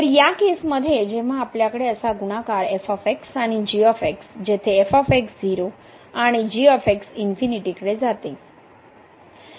तर या केसमध्ये जेव्हा आपल्याकडे असा गुणाकार f आणि g जेथे f 0 आणि g इन्फिनिटी कडे जाते